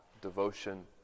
devotion